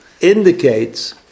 indicates